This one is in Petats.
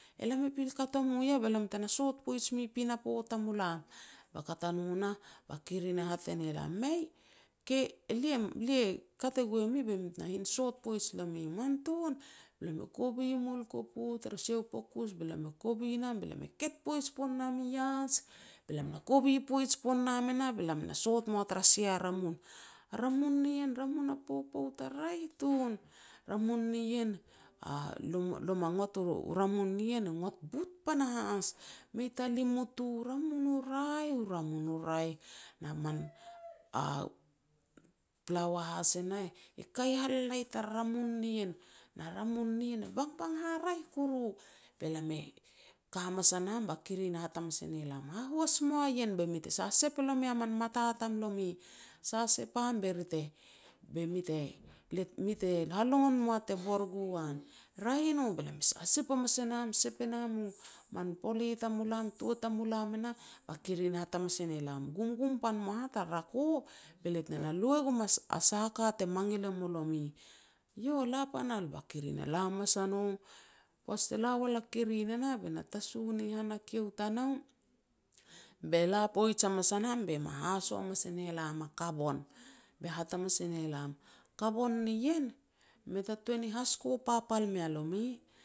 "E lam e pil kat ua mui yah be lam tena sot poij mui pinapo tamulam." Be kat a no nah ba kirin e hat e ne lam, "Mei, ke lia kat e gue mi bet na hin sot poaij nomi", "Man tun." Kovi mul i kopu turu sia u pokus, lam e kovi nam be lam e ket poij pon nam ias, be lam na kovi poij pon nam e nah be lam na sot mua tara sia ramun. Ramun nien, a ramun a poupout haraeh tun, ramun nien lo ma ngot u ramun nien, e ngot but panahas, mei ta limut u, ramun u raeh ramun u raeh na man plaua has e nah i kai halalai tar ramun nien, na ramun nien e bangbang haraeh kuru. Be lam e ka hamas a nam ba kirin e hat hamas e ne lam, "Hahuas mua ien be mi te sasep e nomi a min mata tamlomi, sasep am be be mi te halongon mua te bor gu an", "Raeh i no." Be lam e sasep hamas a nam sep e nam man pole tua tamulam e nah, ba kirin e hat hamas e ne lam, "Gumgum pan mua hah tar rako, be lia te na lu e gum a sah a ka te mangil e mu lomi." "Yo, la pan al." Ba kirin e la hamas a no. Poaj te la wal a kirin e nah, be na tasu ni han a kiu tanou be la poij hamas a nam be ma haso hamas e ne lam a kabon. Be hat hamas e ne lam, "Kabon nien, mei ta tun hasiko papal mea lomi,